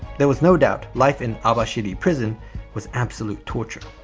there was no doubt life in abashiri prison was absolute torture.